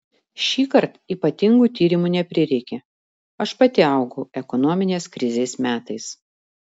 šįkart ypatingų tyrimų neprireikė aš pati augau ekonominės krizės metais